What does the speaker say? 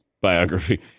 biography